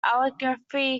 allegheny